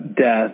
death